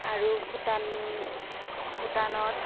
আৰু ভূটান ভূটানত